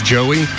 Joey